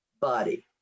body